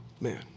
man